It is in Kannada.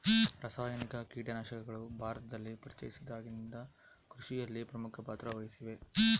ರಾಸಾಯನಿಕ ಕೇಟನಾಶಕಗಳು ಭಾರತದಲ್ಲಿ ಪರಿಚಯಿಸಿದಾಗಿನಿಂದ ಕೃಷಿಯಲ್ಲಿ ಪ್ರಮುಖ ಪಾತ್ರ ವಹಿಸಿವೆ